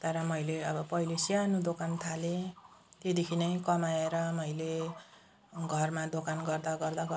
तर मैले अब पहिले सानो दोकान थालेँ त्योदेखि नै कमाएर मैले घरमा दोकान गर्दा गर्दा गर्दा